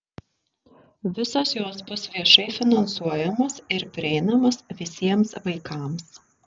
visos jos bus viešai finansuojamos ir prieinamos visiems vaikams